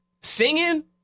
singing